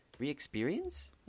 Re-experience